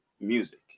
music